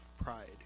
pride